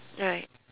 right